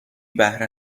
بهره